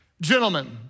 Gentlemen